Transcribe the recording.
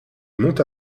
monte